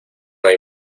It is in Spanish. hay